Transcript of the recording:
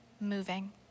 moving